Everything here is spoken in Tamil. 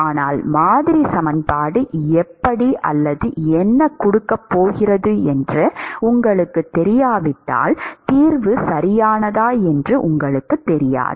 ஆனால் மாதிரி சமன்பாடு எப்படி அல்லது என்ன கொடுக்கப் போகிறது என்று உங்களுக்குத் தெரியாவிட்டால் தீர்வு சரியானதா என்று உங்களுக்குத் தெரியாது